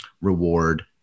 reward